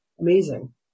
Amazing